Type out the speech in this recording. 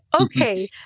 Okay